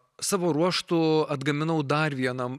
savo ruožtu atgaminau dar vieną